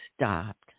stopped